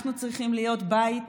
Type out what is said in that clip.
אנחנו צריכים להיות בית